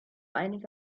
einige